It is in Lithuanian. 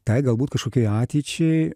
tai galbūt kažkokiai ateičiai